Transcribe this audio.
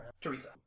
Teresa